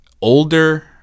older